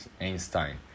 Einstein